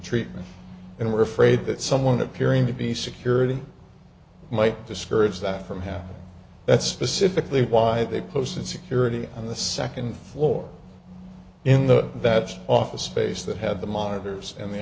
treatment and were afraid that someone appearing to be security might discourage that from happening that's specifically why they posted security on the second floor in the vet's office space that had the monitors and the